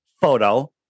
photo